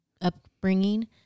upbringing